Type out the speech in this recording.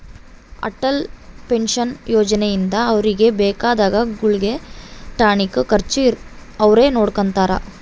Atal pension ಯೋಜನೆ ಇಂದ ಅವ್ರಿಗೆ ಬೇಕಾದ ಗುಳ್ಗೆ ಟಾನಿಕ್ ಖರ್ಚು ಅವ್ರೆ ನೊಡ್ಕೊತಾರ